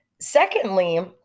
Secondly